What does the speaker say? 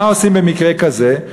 מה עושים במקרה כזה?